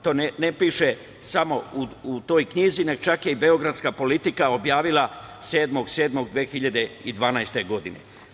To ne piše samo u toj knjizi, nego je čak i beogradska „Politika“ objavila 7. jula 2012. godine.